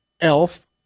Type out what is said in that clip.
Elf